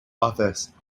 office